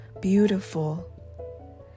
beautiful